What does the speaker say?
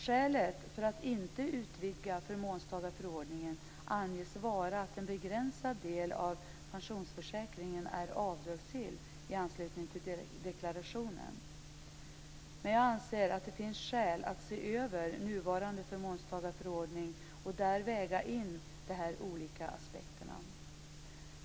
Skälet för att inte utvidga förmånstagarförordningen anges vara att en begränsad del av pensionsförsäkringen är avdragsgill i anslutning till deklarationen. Jag anser att det finns skäl att se över nuvarande förmånstagarförodnande och där väga in de olika aspekterna.